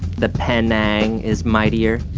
the panang is mightier.